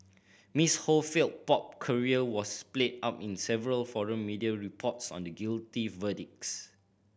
Miss Ho failed pop career was played up in several foreign media reports on the guilty verdicts